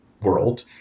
world